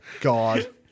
God